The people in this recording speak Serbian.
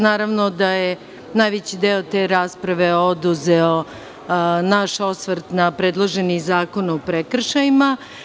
Naravno da je najveći deo te rasprave oduzeo naš osvrt na predloženi zakon o prekršajima.